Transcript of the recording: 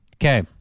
Okay